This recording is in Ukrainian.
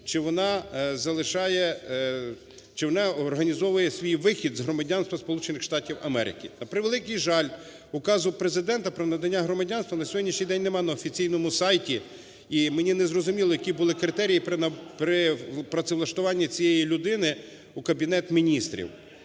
чи вона організовує свій вихід з громадянства Сполучених Штатів Америки, наприклад. На превеликий жаль, указу Президента про надання громадянства на сьогоднішній день нема на офіційному сайті і мені не зрозуміло які були критерії при працевлаштуванні цієї людини у Кабінет Міністрів.